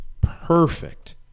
perfect